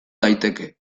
daiteke